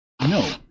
No